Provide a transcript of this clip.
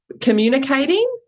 communicating